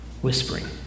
whispering